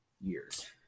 years